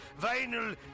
vinyl